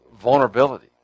vulnerability